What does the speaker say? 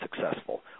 successful